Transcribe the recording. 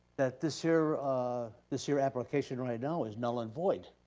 that this here ah this here application right now, is null and void.